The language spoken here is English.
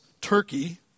Turkey